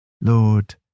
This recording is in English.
Lord